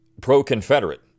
pro-Confederate